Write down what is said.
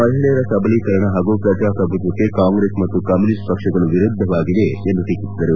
ಮಹಿಳೆಯರ ಸಬಲೀಕರಣ ಹಾಗೂ ಪ್ರಜಾಪ್ರಭುತ್ವಕ್ಷೆ ಕಾಂಗ್ರೆಸ್ ಮತ್ತು ಕಮ್ಮುನಿಸ್ಟ್ ಪಕ್ಷಗಳು ವಿರುದ್ದವಾಗಿವೆ ಎಂದು ಟೀಕಿಸಿದರು